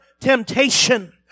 temptation